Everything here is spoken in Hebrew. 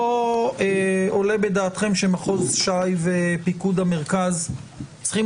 לא עולה בדעתכם שמחוז ש"י ופיקוד המרכז צריכים